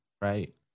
right